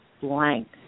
blank